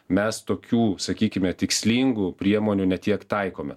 mes tokių sakykime tikslingų priemonių ne tiek taikome